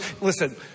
Listen